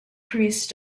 priest